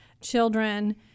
children